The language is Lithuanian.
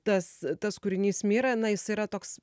tas tas kūrinys mira na jis yra toks